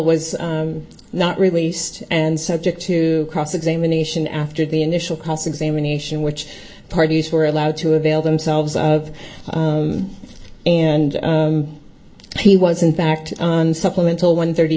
was not released and subject to cross examination after the initial cross examination which parties were allowed to avail themselves of and he was in fact on supplemental one thirty